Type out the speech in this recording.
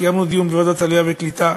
קיימנו דיון בוועדת העלייה והקליטה,